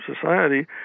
society